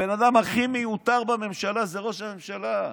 הבן אדם הכי מיותר בממשלה זה ראש הממשלה.